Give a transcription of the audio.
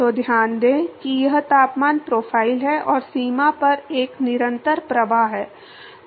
तो ध्यान दें कि यह तापमान प्रोफ़ाइल है और सीमा पर एक निरंतर प्रवाह है